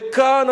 וכאן,